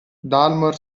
dalmor